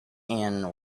end